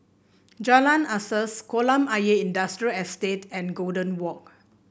Jalan Asas Kolam Ayer Industrial Estate and Golden Walk